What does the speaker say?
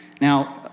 Now